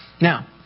Now